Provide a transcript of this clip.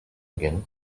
again